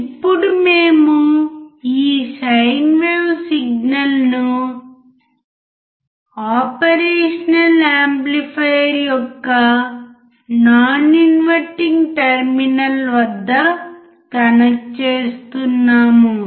ఇప్పుడు మేము ఈ సైన్ వేవ్ సిగ్నల్ను ఆపరేషనల్ యాంప్లిఫైయర్ యొక్క నాన్ ఇన్వర్టింగ్ టెర్మినల్ వద్ద కనెక్ట్ చేస్తున్నాము